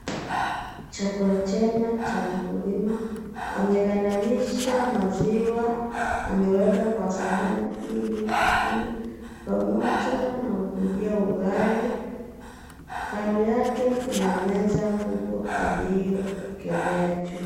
Chakula jema cha mkulima. Amegandanisha maziwa, ameweka kwa sahani ili kukunywa pamoja na kukulia ugali kando yake kuna meza kubwa aliyowekelea juu.